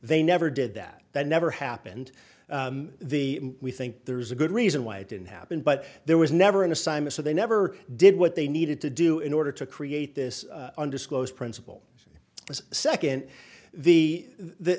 they never did that that never happened the we think there's a good reason why it didn't happen but there was never an assignment so they never did what they needed to do in order to create this undisclosed principal this second the th